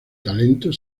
talento